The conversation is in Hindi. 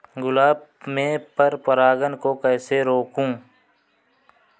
गुलाब में पर परागन को कैसे रोकुं?